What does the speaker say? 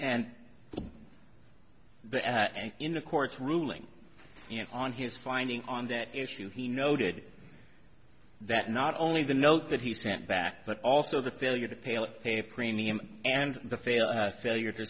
and in the court's ruling on his finding on that issue he noted that not only the note that he sent back but also the failure to pale pay premium and the failure failure